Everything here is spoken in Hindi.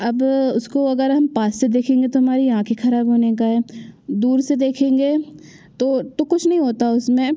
अब उसको अगर हम पास से देखेंगे तो हमारी आँखें खराब होने का है दूर से देखेंगे तो कुछ नहीं होता उसमें